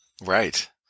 Right